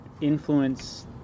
influence